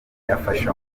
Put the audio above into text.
afasha